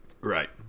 Right